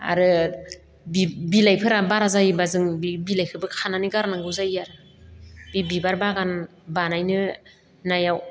आरो बिलाइफोरा बारा जायोब्ला जों बि बिलाइखोबो खानानै गारनांगौ जायो आरो बे बिबार बागान बानाय नायाव